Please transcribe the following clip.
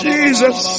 Jesus